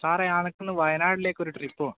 സാറെ എനിക്കൊന്ന് വയനാട്ടിലേക്ക് ഒരു ട്രിപ്പ് പോകണം